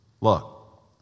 Look